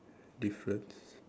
difference